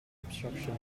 obstruction